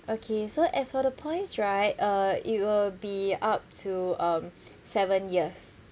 okay so as for the points right uh it will be up to um seven years